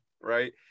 right